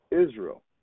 Israel